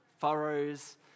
furrows